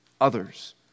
others